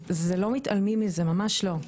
לא מתעלמים מזה, ממש לא.